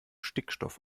stickstoff